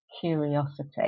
curiosity